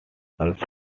also